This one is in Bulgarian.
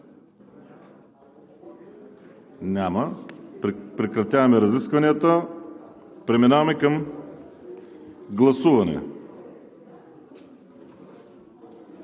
Няма. Прекратявам разискванията. Подлагам на гласуване